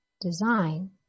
design